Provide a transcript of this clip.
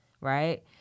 Right